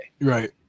Right